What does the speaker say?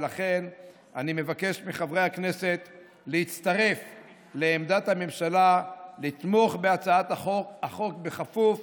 לכן אני מבקש מחברי הכנסת להצטרף לעמדת הממשלה ולתמוך בהצעת החוק כפוף